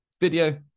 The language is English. video